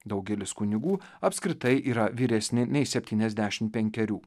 daugelis kunigų apskritai yra vyresni nei septyniasdešimt penkerių